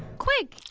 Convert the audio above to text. quick,